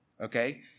okay